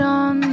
on